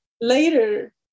Later